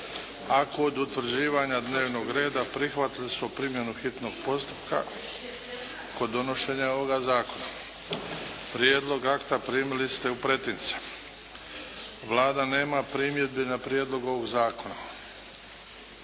kod utvrđivanja dnevnog reda prihvatili smo primjenu hitnog postupka kod donošenja ovoga zakona. Prijedlog akta primili ste u pretince. Vlada nema primjedbi na prijedlog ovoga zakona.